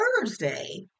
thursday